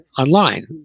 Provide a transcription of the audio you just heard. online